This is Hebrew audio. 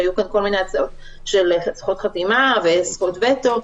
שהיו כאן כל מיני הצעות על זכות חתימה וזכות וטו.